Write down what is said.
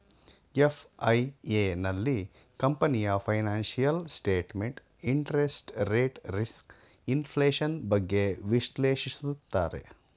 FIA, ನಲ್ಲಿ ಕಂಪನಿಯ financial statement, interest rate risk, inflation, ಬಗ್ಗೆ ವಿಶ್ಲೇಷಿಸುತ್ತಾರೆ